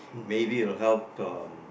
maybe it will help um